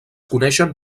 coneixen